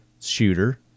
shooter